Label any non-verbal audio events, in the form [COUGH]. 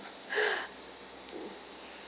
[LAUGHS]